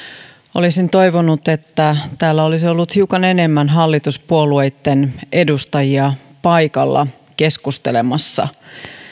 olisin toivonut että täällä olisi ollut hiukan enemmän hallituspuolueitten edustajia paikalla keskustelemassa